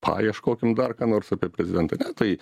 paieškokime dar ką nors apie prezidentą na tai